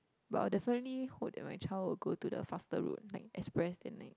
but I'll definitely hope that my child would go to the faster route like express then like